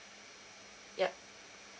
yup